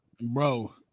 Bro